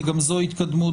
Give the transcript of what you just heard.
וגם זו התקדמות